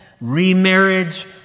Remarriage